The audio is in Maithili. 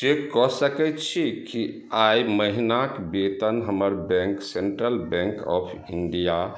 चेक कऽ सकै छी कि एहि महिनाके वेतन हमर bank central bank of India